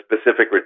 specific